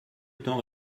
temps